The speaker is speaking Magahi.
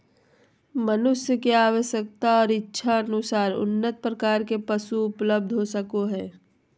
मनुष्य के आवश्यकता और इच्छानुकूल उन्नत प्रकार के पशु उपलब्ध हो सको हइ